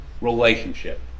relationship